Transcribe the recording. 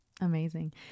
Amazing